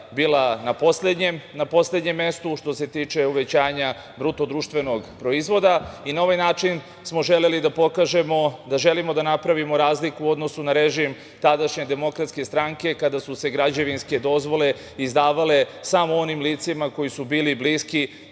bila na poslednjem mestu što se tiče uvećanja BDP i na ovaj način smo želeli da pokažemo da želimo da napravimo razliku u odnosu na režim tadašnje DS, kada su se građevinske dozvole izdavale samo onim licima koji su bili bliski